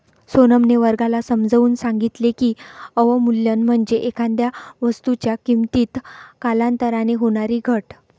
सोनमने वर्गाला समजावून सांगितले की, अवमूल्यन म्हणजे एखाद्या वस्तूच्या किमतीत कालांतराने होणारी घट